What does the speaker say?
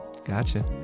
Gotcha